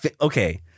Okay